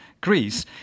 Greece